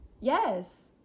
Yes